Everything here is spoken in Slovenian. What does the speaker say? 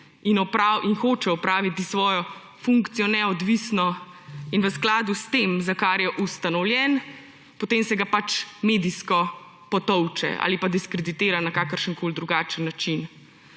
in hoče opraviti svojo funkcijo neodvisno in v skladu s tem, za kar je ustanovljen, potem se ga pač medijsko potolče ali pa diskreditira na kakršenkoli drugačen način.